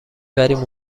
بریم